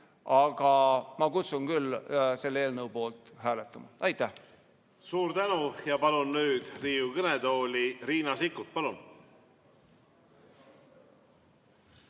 aga ma kutsun küll selle eelnõu poolt hääletama. Suur